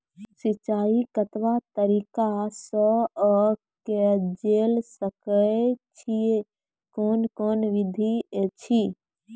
सिंचाई कतवा तरीका सअ के जेल सकैत छी, कून कून विधि ऐछि?